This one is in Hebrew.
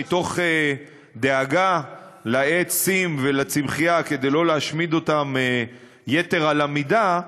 מתוך דאגה לעצים ולצמחייה כדי לא להשמיד אותם יתר על המידה,